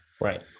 right